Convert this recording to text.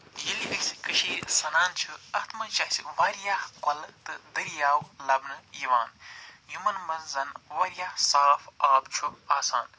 ییٚلہِ أسۍ کٔشیٖرِ سَنان چھِ اَتھ منٛز چھِ اَسہِ وارِیاہ کۄلہٕ تہِ دٔریاو لبنہٕ یِوان یِمن منٛز زن وارِیاہ صاف آب چھُ آسان